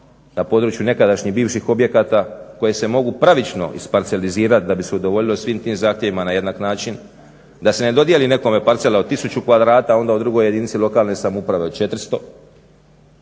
na području nekadašnjih bivših objekata koje se mogu pravično isparcelizirati da bi se udovoljilo svim tim zahtjevima na jednak način, da se ne dodijeli nekome parcela od 1000 kvadrata, onda u drugoj jedinici lokalne samouprave od 400,